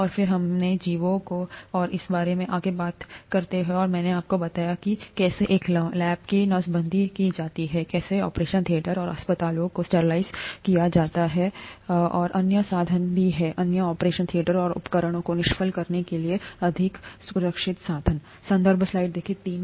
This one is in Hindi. और फिर हमने जीवों और इसके बारे में आगे बात की और मैंने आपको बताया कि कैसे एक लैब की नसबंदी की जाती है कैसे ऑपरेशन थिएटर और अस्पतालों को स्टरलाइज़ करने के लिए भी इस्तेमाल किया जा सकता है और अन्य साधन भी हैं अन्य ऑपरेशन थिएटरों और उपकरणों को निष्फल करने के लिए अधिक सुरक्षित साधन